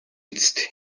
эцэст